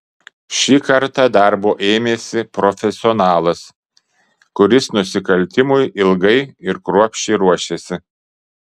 šį kartą darbo ėmėsi profesionalas kuris nusikaltimui ilgai ir kruopščiai ruošėsi